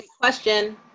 Question